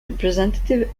representative